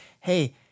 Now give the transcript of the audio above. Hey